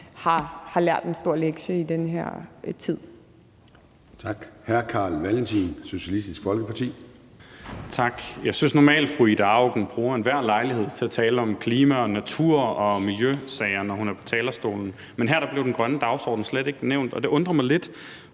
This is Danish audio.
Carl Valentin, Socialistisk Folkeparti. Kl. 10:26 Carl Valentin (SF): Tak. Jeg synes normalt, fru Ida Auken bruger enhver lejlighed til at tale om klima og natur- og miljøsager, når hun er på talerstolen, men her blev den grønne dagsorden slet ikke nævnt, og det undrer mig lidt.